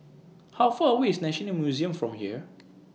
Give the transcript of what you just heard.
How Far away IS National Museum from here